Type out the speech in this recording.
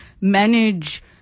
manage